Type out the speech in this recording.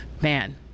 man